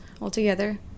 Altogether